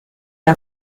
era